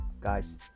guys